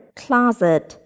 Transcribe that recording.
closet